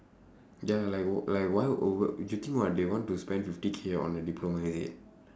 ya like like why would you think what they want to spend fifty K on a diploma is it